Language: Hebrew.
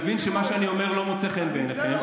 אני מבין שמה שאני אומר לא מוצא חן בעיניכם,